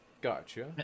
Gotcha